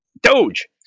Doge